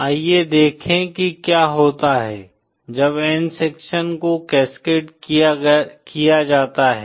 आइए देखें कि क्या होता है जब n सेक्शन को कैस्केड किया जाता है